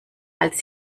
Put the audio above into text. als